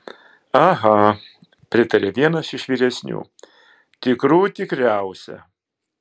aha pritarė vienas iš vyresnių tikrų tikriausia